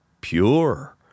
pure